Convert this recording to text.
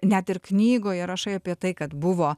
net ir knygoje rašai apie tai kad buvo